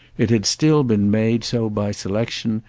it had still been made so by selection,